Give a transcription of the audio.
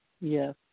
Yes